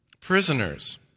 Prisoners